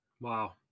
Wow